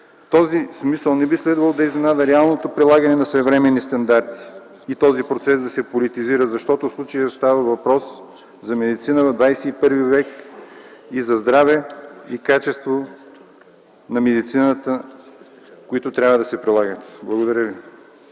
този смисъл не би следвало да изненада реалното прилагане на съвременни стандарти и този процес да се политизира, защото в случая става въпрос за медицина на ХХІ век и за здраве и качество на медицината, които трябва да се прилагат. Благодаря ви.